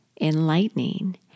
enlightening